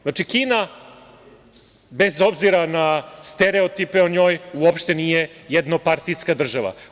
Znači, Kina bez obzira na stereotipe o njoj uopšte nije jednopartijska država.